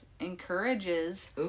encourages